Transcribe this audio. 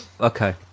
Okay